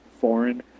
foreign